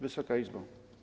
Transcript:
Wysoka Izbo!